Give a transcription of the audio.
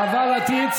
חבל על הגרון שלך,